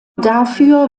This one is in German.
dafür